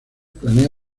planea